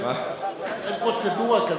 אבל אין פרוצדורה כזאת.